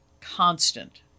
constant